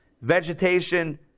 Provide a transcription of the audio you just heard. vegetation